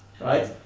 right